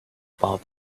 about